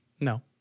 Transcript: No